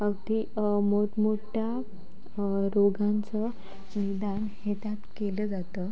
अगदी मोठमोठ्या रोगांचा निदान हे त्यात केलं जातं